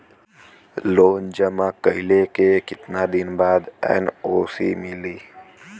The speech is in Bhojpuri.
लोन जमा कइले के कितना दिन बाद एन.ओ.सी मिली?